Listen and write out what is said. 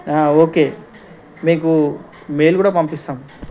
okay మీకు mail కూడా పంపిస్తాము